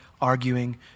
arguing